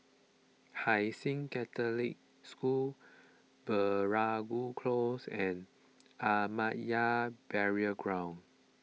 Hai Sing Catholic School Veeragoo Close and Ahmadiyya Burial Ground